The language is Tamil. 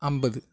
ஐம்பது